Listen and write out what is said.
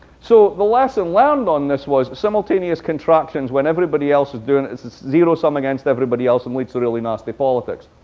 so the lesson learned on this was simultaneous contractions, when everybody else is doing it, is is zero sum against everybody else, and leads to really nasty politics.